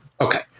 okay